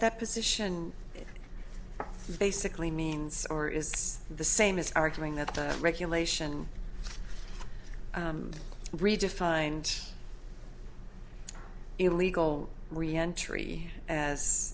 that position basically means or it's the same as arguing that regulation redefined illegal reentry as